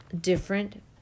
different